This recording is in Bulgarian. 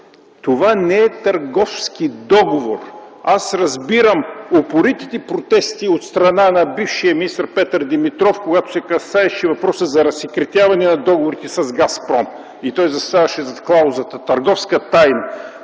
това не е търговски договор. Аз разбирам упоритите протести от страна на бившия министър Петър Димитров, когато въпросът се касаеше за разсекретяване на договорите с „Газпром”. Той заставаше зад клаузата „търговска тайна”.